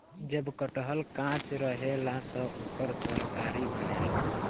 जब कटहल कांच रहेला त ओकर तरकारी बनेला